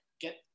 get